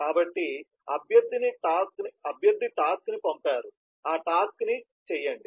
కాబట్టి అభ్యర్థి టాస్క్ ని పంపారు ఆ టాస్క్ ని చేయండి